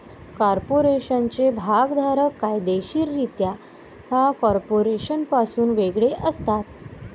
कॉर्पोरेशनचे भागधारक कायदेशीररित्या कॉर्पोरेशनपासून वेगळे असतात